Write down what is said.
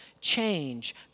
change